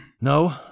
No